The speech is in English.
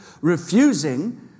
refusing